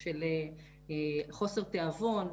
של חוסר תיאבון,